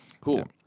Cool